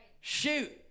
Shoot